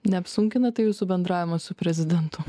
ne sunkina tai jūsų bendravimą su prezidentu